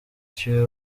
ciwe